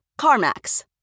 CarMax